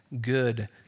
good